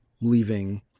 leaving